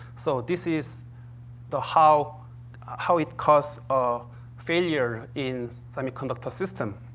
so, this is the how how it cause a failure in semiconductor system.